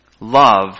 love